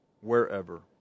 Wherever